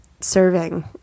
serving